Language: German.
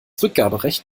rückgaberecht